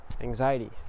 anxiety